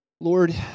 Lord